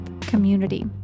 community